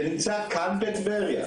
שנמצא כאן בטבריה,